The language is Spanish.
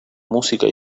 música